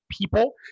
people